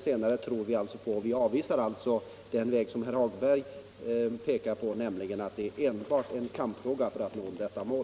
senare vägen tror vi på. Vi avvisar alltså den metod som herr Hagberg pekar på. nämligen att det skulle krävas klasskamp för att nå devta mål.